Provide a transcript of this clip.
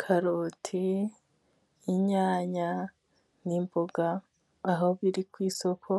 Karoti, inyanya n'imboga, aho biri ku isoko